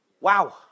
Wow